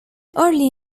early